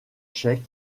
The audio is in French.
tchèque